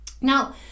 Now